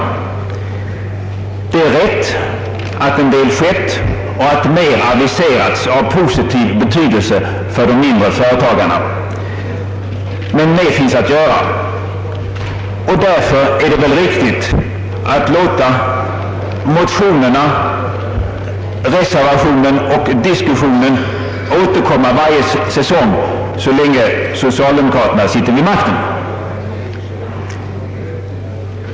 Det är riktigt att en del skett och att mer aviserats, som har positiv betydelse för de mindre företagarna; men mer finns att göra. Därför är det väl riktigt att låta motionerna, reservationen och diskussionen återkomma varje säsong så länge socialdemokraterna sitter vid makten.